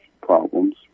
problems